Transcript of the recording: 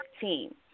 Team